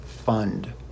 fund